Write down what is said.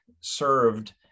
served